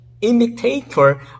Imitator